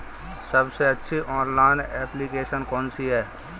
सबसे अच्छी online application कौन सी है?